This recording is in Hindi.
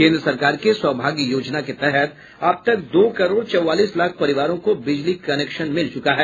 केन्द्र सरकार के सौभाग्य योजना के तहत अब तक दो करोड़ चौवालीस लाख परिवारों को बिजली कनेक्शन मिल चुका है